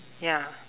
ya